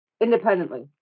Independently